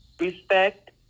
respect